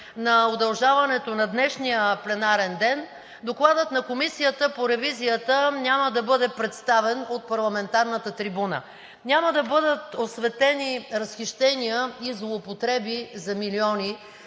на удължаването на днешния пленарен ден, Докладът на Комисията по ревизията няма да бъде представен от парламентарната трибуна, няма да бъдат осветени разхищения и злоупотреби за милиони